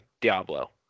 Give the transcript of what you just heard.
Diablo